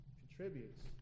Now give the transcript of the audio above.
contributes